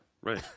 right